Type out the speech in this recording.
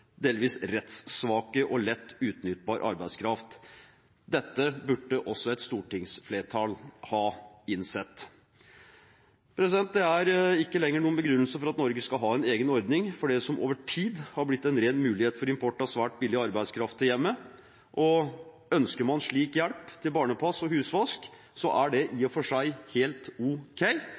delvis rettssvak og lett utnyttbar arbeidskraft. Dette burde også et stortingsflertall ha innsett. Det er ikke lenger noen begrunnelse for at Norge skal ha en egen ordning for det som over tid har blitt en ren mulighet for import av svært billig arbeidskraft i hjemmet, og ønsker man slik hjelp til barnepass og husvask, er det i og for seg helt ok,